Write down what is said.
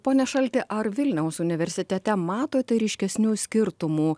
pone šalti ar vilniaus universitete matote ryškesnių skirtumų